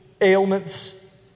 ailments